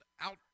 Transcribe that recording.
Out